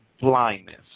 blindness